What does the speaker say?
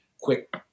quick